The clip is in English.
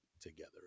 together